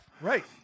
Right